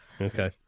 okay